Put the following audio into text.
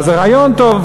אז הרעיון טוב,